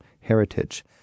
heritage